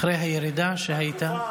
אחרי הירידה שהייתה,